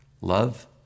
Love